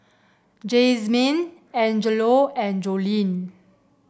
Jazmyne Angelo and Joleen